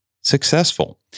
successful